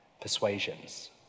persuasions